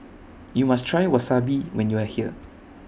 YOU must Try Wasabi when YOU Are here